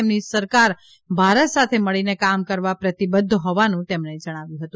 તેમની સરકાર ભારત સાથે મળીને કામ કરવા પ્રતિબદ્ધ હોવાનું તેમણે જણાવ્યું હતું